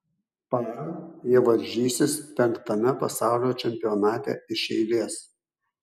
par jie varžysis penktame pasaulio čempionate iš eilės